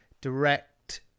direct